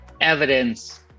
evidence